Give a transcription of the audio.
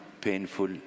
painful